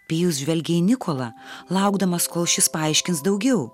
pijus žvelgė į nikolą laukdamas kol šis paaiškins daugiau